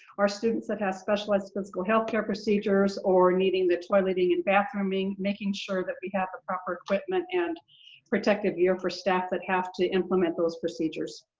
our students that have specialized physical healthcare procedures or needing the toileting and bathrooming, making sure that we have the proper equipment and protective gear for staff that have to implement those procedures.